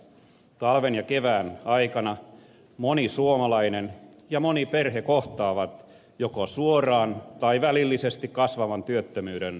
talven ja kevään aikana moni suomalainen ja moni perhe kohtaavat joko suoraan tai välillisesti kasvavan työttömyyden vaikutukset